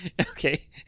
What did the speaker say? Okay